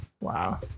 Wow